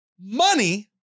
Money